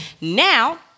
Now